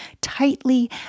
tightly